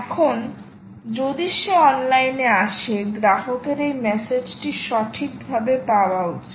এখন যদি সে অনলাইনে আসে গ্রাহকের এই মেসেজটি সঠিকভাবে পাওয়া উচিত